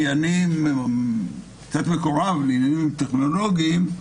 ואני קצת מקורב לעניינים טכנולוגיים.